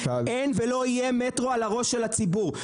אין ולא יהיה מטרו על הראש של הציבור.